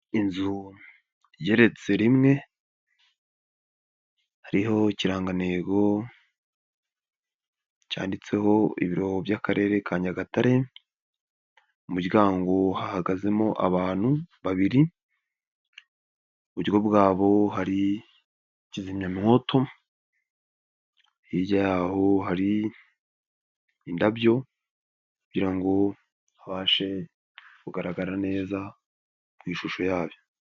Inzu igeretse rimwe hariho ikirangantego cyanditseho ibiro by'Akarere ka Nyagatare mu muryango hahagazemo abantu babiri, iburyo bwabo hari kizimyamwoto hirya yaho hari indabyo kugira ngo habashe kugaragara neza mu ishusho yayo.